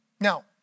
Now